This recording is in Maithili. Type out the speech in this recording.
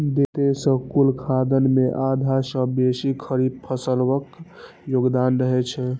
देशक कुल खाद्यान्न मे आधा सं बेसी खरीफ फसिलक योगदान रहै छै